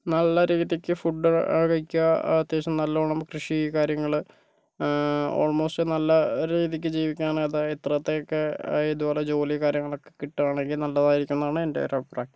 നല്ല രീതിക്ക് ഫുഡ് കഴിക്കുക അത്യാവശ്യം നല്ലവണ്ണം കൃഷി കാര്യങ്ങള് ആൾമോസ്റ്റ് നല്ല രീതിക്ക് ജീവിക്കാൻ അതായത് ഇത്രത്തേക്ക് ഇതുപോലെ ജോലി കാര്യങ്ങളൊക്കെ കിട്ടുകയാണെങ്കിൽ നല്ലതായിരിക്കും എന്നാണ് എൻ്റെ ഒരു അഭിപ്രായം